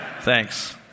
Thanks